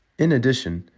in addition,